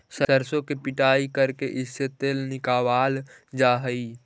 सरसों की पिड़ाई करके इससे तेल निकावाल जा हई